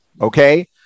okay